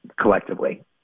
collectively